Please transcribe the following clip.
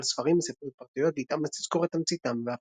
שאל ספרים מספריות פרטיות והתאמץ לזכור את תמציתם,